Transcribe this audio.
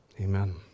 Amen